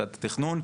את התכנון,